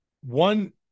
one